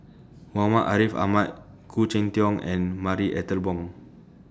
Muhammad Ariff Ahmad Khoo Cheng Tiong and Marie Ethel Bong